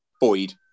Boyd